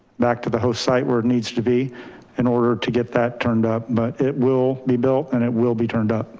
back to the host site where it needs to be in order to get that turned up, but it will be built and it will be turned up.